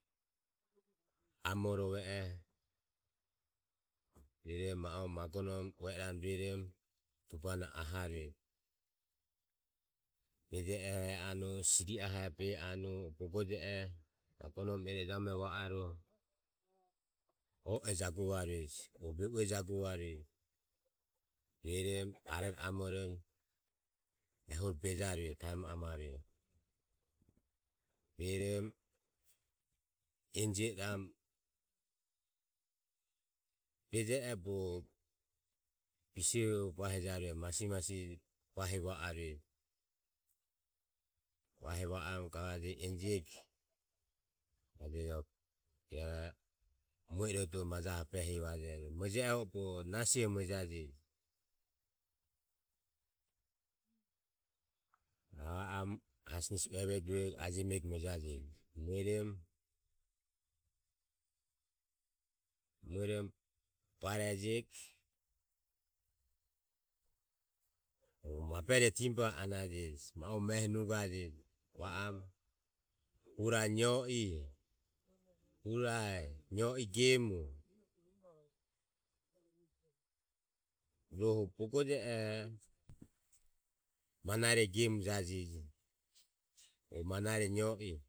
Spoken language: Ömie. Amore rove o bogo burerio mueanu ruero magon om ueiram rueram tubohano aharue beao, bejeo eanu siriahe beanu bogojeo magon om ere ere vaom oe jaguvarue veue jaguvarue ruerom aroroamorom ehuro bajarue taem amarue garo enjioram bejeo bo biseo bahiva arue ai masimasi bahi va arue bahivaom gavaje enjeg ia mueirodo behivaje mueje o bogo nahisuvo vajaje mue ioho vaomo asinaie uevego ro ajemim muejarue. muerom. muerom barejeg bo maburerio tiba anaje nome ehi nugarue vaom hura nioe o hura e nioe gem rohu bogojeoho manaire gem jiajeji